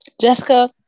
Jessica